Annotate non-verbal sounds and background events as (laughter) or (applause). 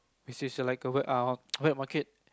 which is a like a wet uh (noise) wet market